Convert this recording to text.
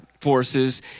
forces